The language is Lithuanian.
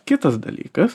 kitas dalykas